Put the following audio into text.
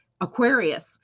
Aquarius